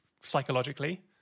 psychologically